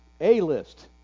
A-list